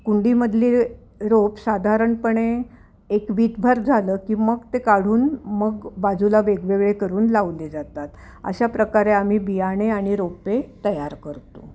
कुंडीमधले रोप साधारणपणे एक वीतभर झालं की मग ते काढून मग बाजूला वेगवेगळे करून लावले जातात अशा प्रकारे आम्ही बियाणे आणि रोपे तयार करतो